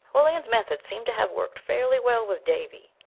well, anne's methods seem to have worked fairly well with davy,